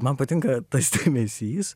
man patinka tas dėmesys